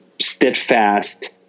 steadfast